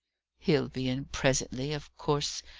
he'll be in presently. of course,